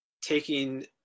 taking